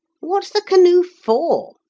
what's the canoe for?